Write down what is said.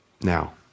Now